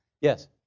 Yes